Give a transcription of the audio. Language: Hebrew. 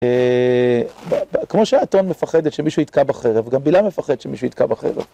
כמו שהאתון מפחדת שמישהו יתקע בה חרב, גם בילעם מפחד שמישהו יתקע בה חרב.